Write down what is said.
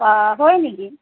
বাহ হয় নেকি